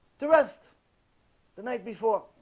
to rest the night before